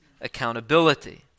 accountability